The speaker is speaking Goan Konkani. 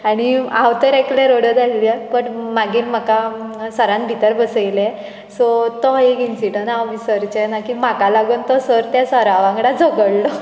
आनी हांव तर एकलें रडत आसलें बट मागीर म्हाका सरान भितर बसयलें सो तो एक इन्सिडन हांव विसरचेंना की म्हाका लागून तो सर त्या सरा वांगडा झगडलो